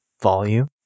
volume